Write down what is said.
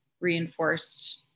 reinforced